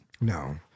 No